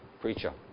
preacher